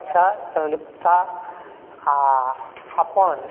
शिक्षा संलिप्तता आ अपन